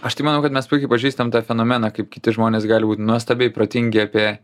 aš tai manau kad mes puikiai pažįstam tą fenomeną kaip kiti žmonės gali būt nuostabiai protingi apie